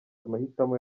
amahitamo